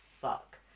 fuck